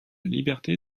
liberté